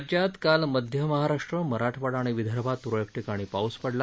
राज्यात काल मध्य महाराष्ट्र मराठवाडा आणि विदर्भात तुरळक ठिकाणी पाऊस पडला